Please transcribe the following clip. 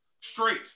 straight